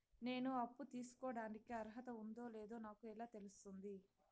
నేను అప్పు తీసుకోడానికి అర్హత ఉందో లేదో నాకు ఎలా తెలుస్తుంది?